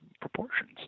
proportions